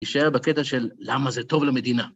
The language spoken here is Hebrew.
נשאר בקטע של למה זה טוב למדינה.